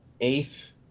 eighth